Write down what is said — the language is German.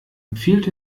empfiehlt